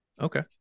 Okay